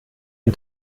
ein